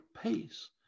pace